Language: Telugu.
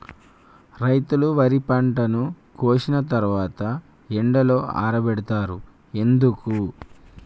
రైతులు వరి పంటను కోసిన తర్వాత ఎండలో ఆరబెడుతరు ఎందుకు?